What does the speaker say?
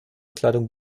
kleidung